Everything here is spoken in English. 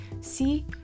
See